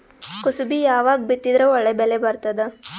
ಕುಸಬಿ ಯಾವಾಗ ಬಿತ್ತಿದರ ಒಳ್ಳೆ ಬೆಲೆ ಬರತದ?